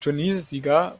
turniersieger